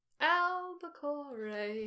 Albacore